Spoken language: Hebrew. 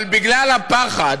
אבל בגלל הפחד